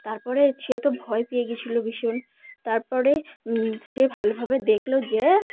তারপরে সে তো ভয় পেয়ে গিয়েছিল ভীষণ তারপরে সে ভালোভাবে দেখলো যে